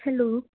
hello